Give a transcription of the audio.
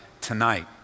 tonight